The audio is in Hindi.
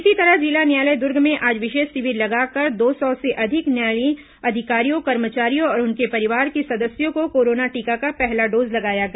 इसी तरह जिला न्यायालय दुर्ग में आज विशेष शिविर लगाकर दौ सौ से अधिक न्यायालयीन अधिकारियों कर्मचारियों और उनके परिवार के सदस्यों को कोरोना टीका का पहला डोज लगाया गया